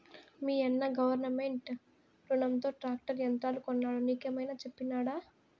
మీయన్న గవర్నమెంట్ రునంతో ట్రాక్టర్ యంత్రాలు కొన్నాడు నీకేమైనా చెప్పినాడా